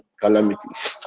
calamities